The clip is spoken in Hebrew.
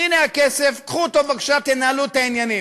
הנה הכסף, קחו אותו בבקשה, תנהלו את העניינים.